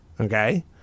Okay